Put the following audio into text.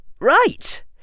Right